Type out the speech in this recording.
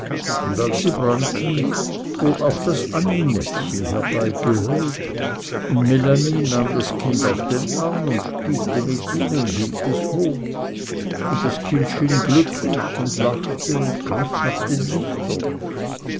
und als sie brannten wurd auch das aninettchen herbeigeholt und melanie nahm das kind auf den arm und spielte mit ihm und hielt es hoch und das kind schien glücklich und lachte und griff nach den lichtern